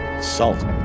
Salt